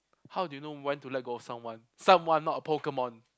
how do you know when to let go of someone someone not a Pokemon